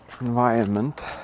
environment